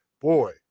boy